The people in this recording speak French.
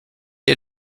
est